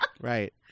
Right